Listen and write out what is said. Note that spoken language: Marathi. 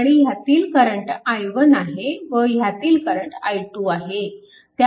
आणि ह्यातील करंट i1 आहे व ह्यातील करंट i2 आहे